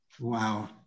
Wow